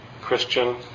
Christian